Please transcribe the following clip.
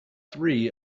three